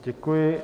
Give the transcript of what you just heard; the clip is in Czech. Děkuji.